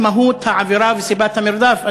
למהות העבירה וסיבת המרדף,